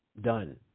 done